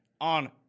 on